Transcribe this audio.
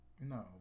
No